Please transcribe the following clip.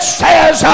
says